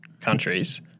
countries